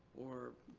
or?